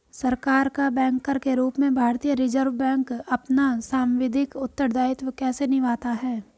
सरकार का बैंकर के रूप में भारतीय रिज़र्व बैंक अपना सांविधिक उत्तरदायित्व कैसे निभाता है?